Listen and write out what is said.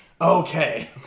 Okay